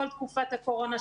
כל תקופת הקורונה,